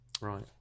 Right